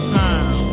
time